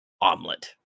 omelet